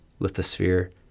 lithosphere